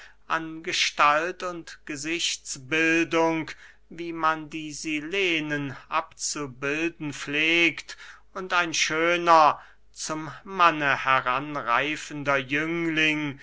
an gestalt und gesichtsbildung wie man die silenen abzubilden pflegt und ein schöner zum manne heranreifender jüngling